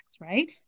right